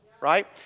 right